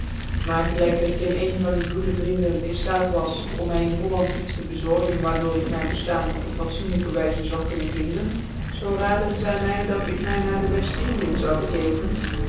maar gelijk cr geen een van die goede vrienden in ftaat was om my in holland iets te bezorgen waar door ik mijn beftaan op een fatsoenlijke wyze zou kunnen vinden zoo rade zy my dat ik my na dc wcft indien zou begeven